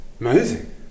Amazing